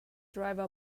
driver